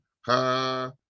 ha